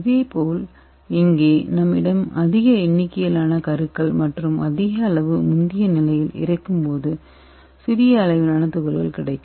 இதேபோல் இங்கே நம்மிடம் அதிக எண்ணிக்கையிலான கருக்கள் மற்றும் அதே அளவு முந்திய நிலையில் இருக்கும்போது சிறிய அளவிலான துகள்கள் கிடைக்கும்